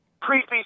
creepy